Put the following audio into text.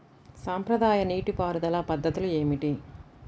సాంప్రదాయ నీటి పారుదల పద్ధతులు ఏమిటి?